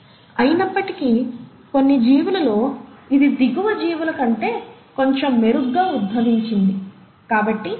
అయినప్పటికీ కొన్ని జీవులలో ఇది దిగువ జీవుల కంటే కొంచెం మెరుగ్గా ఉద్భవించింది